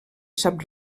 sap